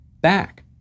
back